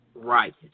right